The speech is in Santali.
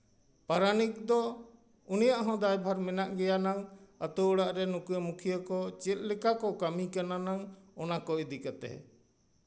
ᱯᱟᱨᱟᱱᱤᱠ ᱫᱚ ᱩᱱᱤᱭᱟᱜ ᱦᱚᱸ ᱫᱟᱭᱼᱵᱷᱟᱨ ᱢᱮᱱᱟᱜ ᱜᱮᱭᱟ ᱱᱟᱝ ᱟᱛᱳ ᱚᱲᱟᱜ ᱨᱮ ᱱᱩᱠᱩ ᱢᱩᱠᱷᱭᱟᱹ ᱠᱚ ᱪᱮᱫ ᱞᱮᱠᱟ ᱠᱚ ᱠᱟᱹᱢᱤ ᱠᱟᱱᱟ ᱱᱟᱝ ᱚᱱᱟ ᱠᱚ ᱤᱫᱤ ᱠᱟᱛᱮ